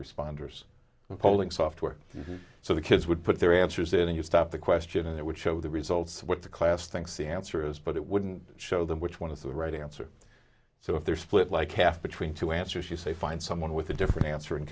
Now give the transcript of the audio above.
responders and polling software so the kids would put their answers in and you stop the question and it would show the results what the class thinks the answer is but it wouldn't show them which one is the right answer so if they're split like half between two answers you say find someone with a different answer and